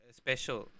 special